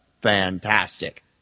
fantastic